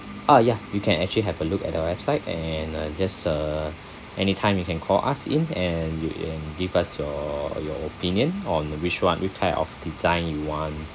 ah ya you can actually have a look at our website and uh just uh anytime you can call us in and you and give us your your opinion on uh which [one] which type of design you want